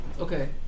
Okay